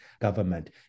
government